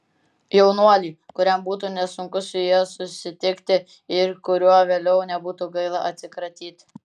jaunuolį kuriam būtų nesunku su ja susitikti ir kuriuo vėliau nebūtų gaila atsikratyti